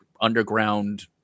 underground